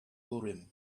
urim